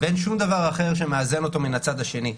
ואין שום דבר אחר שמאזן אותו מן הצד השני,